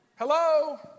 Hello